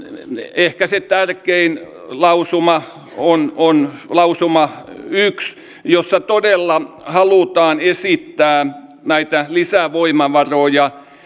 ehkä se tärkein lausuma on on lausuma yksi jossa todella halutaan esittää lisävoimavaroja